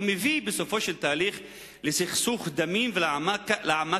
ומביא בסופו של תהליך לסכסוך דמים ולהעמקת